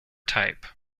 type